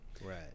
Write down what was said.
right